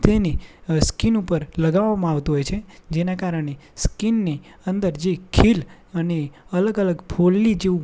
તેને સ્કિન ઉપર લગાવવામાં આવતું હોય છે જેનાં કારણે સ્કિનને અંદર જે ખીલ અને અલગ અલગ ફોડલી જેવું